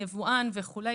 יבואן וכולי.